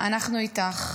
אנחנו איתך.